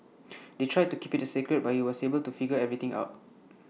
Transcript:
they tried to keep IT A secret but he was able to figure everything out